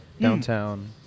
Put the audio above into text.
downtown